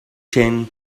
che